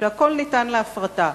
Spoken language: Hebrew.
שהכול ניתן להפרטה.